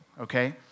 okay